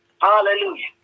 Hallelujah